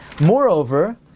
Moreover